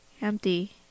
Empty